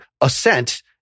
assent